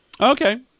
Okay